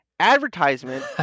advertisement